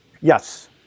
Yes